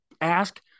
ask